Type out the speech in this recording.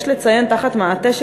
תחת מעטה,